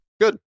good